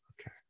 okay